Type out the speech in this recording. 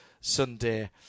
Sunday